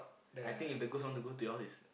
I think if the ghost want to go to your house is